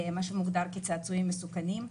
מה שמוגדר כצעצועים מסוכנים.